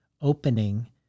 opening